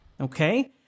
okay